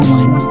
one